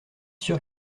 sûr